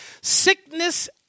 Sickness